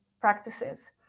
practices